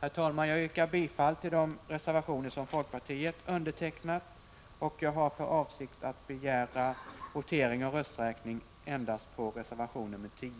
Herr talman! Jag yrkar bifall till de reservationer som folkpartiet undertecknat. Jag har för avsikt att begära votering och rösträkning endast beträffande reservation 10.